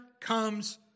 comes